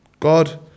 God